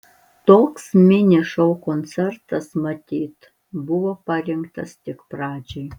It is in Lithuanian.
toks mini šou koncertas matyt buvo parinktas tik pradžiai